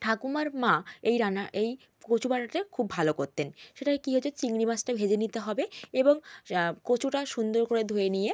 ঠাকুমার মা এই রান্না এই কচু বাটাটা খুব ভালো করতেন সেটায় কী আছে চিংড়ি মাছটা ভেজে নিতে হবে এবং কচুটা সুন্দর করে ধুয়ে নিয়ে